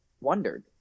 wondered